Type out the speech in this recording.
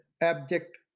abject